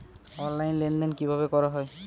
Online লেনদেন কিভাবে করা হয়?